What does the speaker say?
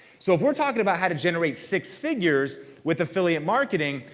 so if we're talking about how to generate six figures with affiliate marketing,